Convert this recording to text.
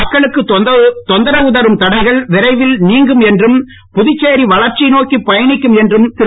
மக்களுக்கு தொந்தரவு தரும் தடைகள் விரைவில் நீங்கும் என்றும் புதுச்சேரி வளர்ச்சி நோக்கிப் பயணிக்கும் என்றும் திரு